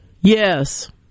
yes